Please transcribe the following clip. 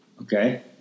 Okay